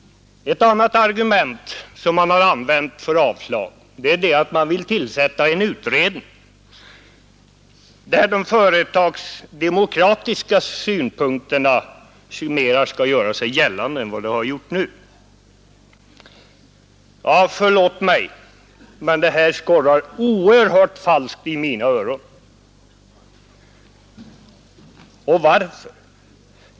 Ett annat argument för avslag som använts är att man vill tillsätta en utredning, där de företagsdemokratiska synpunkterna skall få göra sig gällande mer än hittills. Förlåt mig, men det där skorrar oerhört falskt i mina öron. Och varför?